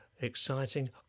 exciting